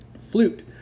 Flute